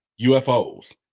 ufos